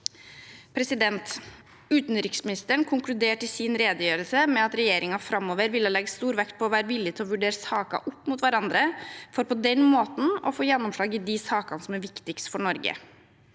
Utenriksministeren konkluderte i sin redegjørelse med at regjeringen framover ville legge stor vekt på å «være villige til å vurdere saker opp mot hverandre» for på den måten å «få gjennomslag i de sakene som er aller viktigst for Norge».